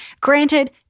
granted